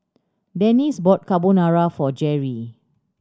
Dennis bought Carbonara for Jerrie